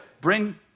Bring